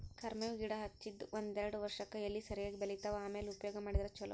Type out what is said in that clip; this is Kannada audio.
ಕರ್ಮೇವ್ ಗಿಡಾ ಹಚ್ಚದ ಒಂದ್ಯಾರ್ಡ್ ವರ್ಷಕ್ಕೆ ಎಲಿ ಸರಿಯಾಗಿ ಬಲಿತಾವ ಆಮ್ಯಾಲ ಉಪಯೋಗ ಮಾಡಿದ್ರ ಛಲೋ